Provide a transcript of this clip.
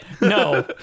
no